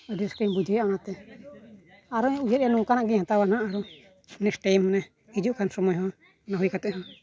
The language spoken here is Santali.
ᱟᱹᱰᱤ ᱨᱟᱹᱥᱠᱟᱹᱧ ᱵᱩᱡᱷᱟᱹᱣᱮᱫᱟ ᱚᱱᱟᱛᱮ ᱟᱨᱦᱚᱸᱧ ᱩᱭᱦᱟᱹᱨᱟ ᱱᱚᱝᱠᱟᱱᱟᱜ ᱜᱤᱧ ᱦᱟᱛᱟᱣᱟ ᱦᱟᱸᱜ ᱱᱮᱠᱥᱴ ᱴᱟᱭᱤᱢ ᱨᱮ ᱦᱤᱡᱩᱜ ᱠᱟᱱ ᱥᱚᱢᱚᱭ ᱦᱚᱸ ᱢᱚᱱᱮ ᱠᱟᱛᱮᱫ ᱦᱚᱸ